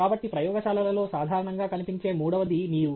కాబట్టి ప్రయోగశాలలలో సాధారణంగా కనిపించే మూడవ ది నీరు